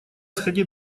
сходи